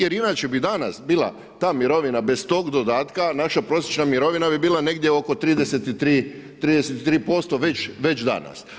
Jer inače bi danas bila ta mirovina bez tog dodatka, naša prosječna mirovina bi bila negdje oko 33% već danas.